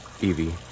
Evie